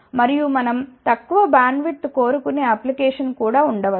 మరియు మనం తక్కువ బ్యాండ్విడ్త్ కోరుకునే అప్లికేషన్ కూడా ఉండ వచ్చు